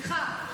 סליחה.